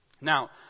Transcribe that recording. Now